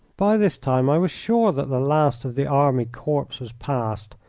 by this time i was sure that the last of the army corps was past,